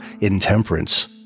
intemperance